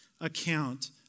account